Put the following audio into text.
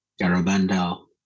Garabandal